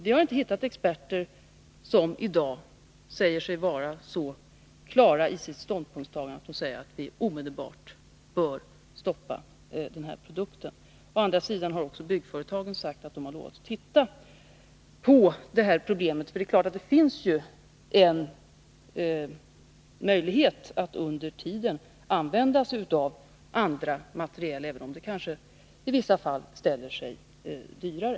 Vi har inte hittat experter som i dag säger sig vara så klara i sitt ståndpunktstagande att de anser att vi omedelbart bör stoppa produkten. Å andra sidan har också byggföretagen lovat att se på problemet. Det är ju klart att det finns en möjlighet att under tiden använda andra material, även om det i vissa fall ställer sig dyrare.